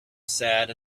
sad